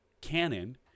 Canon